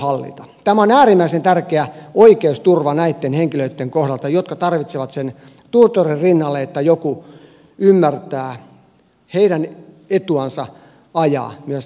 tämä on äärimmäisen tärkeä oikeusturva näitten henkilöitten kohdalta jotka tarvitsevat sen tutorin rinnalle että joku ymmärtää heidän etuansa ajaa myös tältä osin